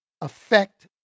affect